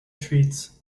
treats